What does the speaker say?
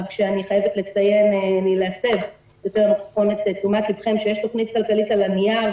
רק שאני חייבת להסב את תשומת לבכם לכך שיש תוכנית כלכלית על הנייר,